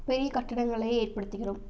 பெரிய கட்டிடங்களை ஏற்படுத்துகிறோம்